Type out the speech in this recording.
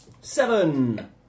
Seven